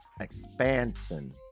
expansion